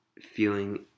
feeling